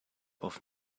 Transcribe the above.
auf